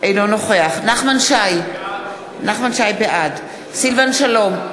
אינו נוכח נחמן שי, בעד סילבן שלום,